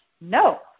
No